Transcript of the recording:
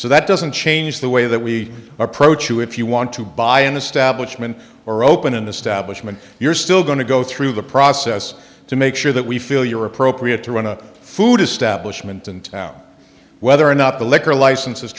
so that doesn't change the way that we approach you if you want to buy an establishment or open an establishment you're still going to go through the process to make sure that we feel you are appropriate to run a food establishment and now whether or not the liquor license